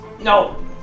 No